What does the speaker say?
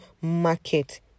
market